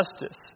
justice